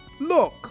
Look